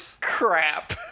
crap